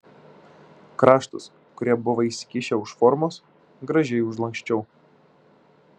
kraštus kurie buvo išsikišę už formos gražiai užlanksčiau